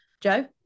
Joe